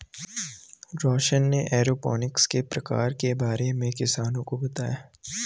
रौशन ने एरोपोनिक्स के प्रकारों के बारे में किसानों को बताया